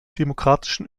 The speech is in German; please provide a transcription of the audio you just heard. demokratischen